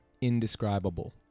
indescribable